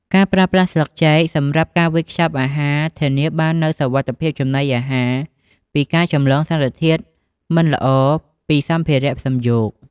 ការប្រើប្រាស់ស្លឹកចេកសម្រាប់ការវេចខ្ចប់អាហារ ធានាបាននូវសុវត្ថិភាពចំណីអាហារ ពីការចម្លងសារធាតុមិនល្អពីសម្ភារៈសំយោគ។